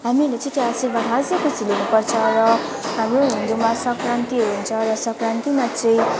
हामीहरूले चाहिँ त्यो आशीर्वाद वर्षैपिछे लिनुपर्छ र हाम्रो हिन्दूमा सङ्क्रान्तिहरू हुन्छ र सङ्क्रान्तिमा चाहिँ